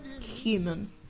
Human